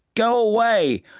go away,